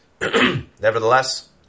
Nevertheless